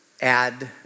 add